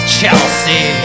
Chelsea